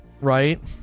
Right